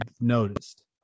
noticed